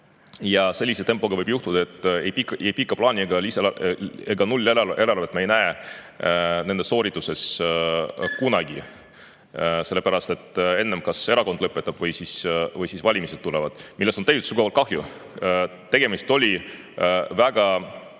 ja sellise tempoga võib juhtuda, et ei pikka plaani ega nulleelarvet me ei näe nende soorituses kunagi – sellepärast, et enne kas erakond lõpetab või tulevad valimised. Sellest on tegelikult sügavalt kahju. Tegemist oli väga